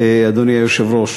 אדוני היושב-ראש.